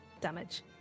damage